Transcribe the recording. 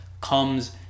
comes